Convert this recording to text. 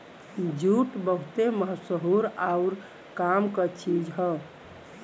jute बहुते मसहूर आउर काम क चीज हौ